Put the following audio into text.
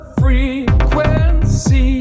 frequency